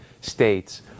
States